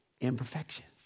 imperfections